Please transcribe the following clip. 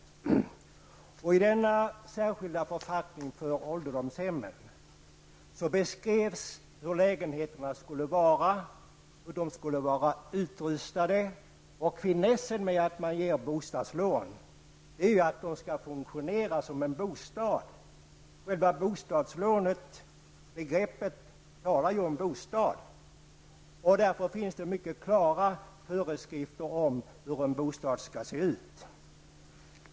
I denna särskilda författning för ålderdomshemmen beskrevs hur lägenheterna skulle vara och hur de skulle vara utrustade. Finessen med att man ger bostadslån är att lägenheterna skall funktionera som bostäder. Själva begreppet bostadslån talar ju om bostäder. Därför finns det mycket klara föreskrifter om hur en bostad skall se ut.